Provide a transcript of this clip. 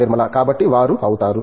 నిర్మలా కాబట్టి వారు అవుతారు